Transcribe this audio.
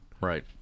Right